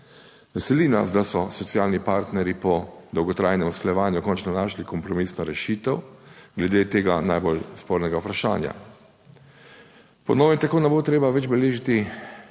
Veseli nas, da so socialni partnerji po dolgotrajnem usklajevanju končno našli kompromisno rešitev glede tega najbolj spornega vprašanja. Po novem tako ne bo treba več beležiti